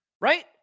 right